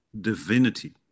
divinity